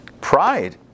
pride